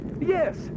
Yes